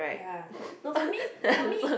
ya no for me for me